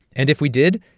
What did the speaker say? and if we did,